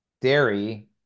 dairy